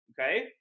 okay